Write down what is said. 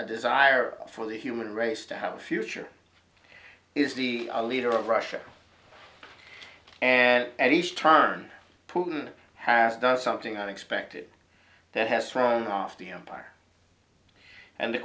a desire for the human race to have a future is the leader of russia and at each turn putin has done something unexpected that has thrown off the empire and the